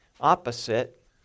opposite